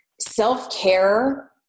self-care